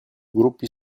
gruppi